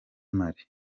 mali